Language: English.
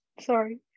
sorry